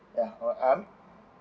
ya oh I'm